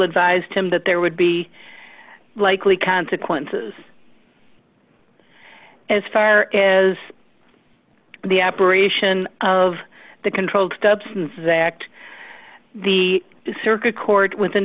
advised him that there would be likely consequences as far as the operation of the controlled substances act the circuit court with